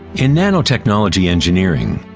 in nanotechnology engineering,